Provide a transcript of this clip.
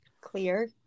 clear